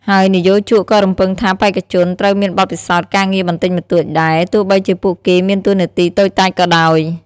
ហើយនិយោជកក៏រំពឹងថាបេក្ខជនត្រូវមានបទពិសោធន៍ការងារបន្តិចបន្តួចដែរ ទោះបីជាពួកគេមានតួនាទីតូចតាចក៏ដោយ។